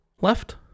left